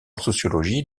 sociologie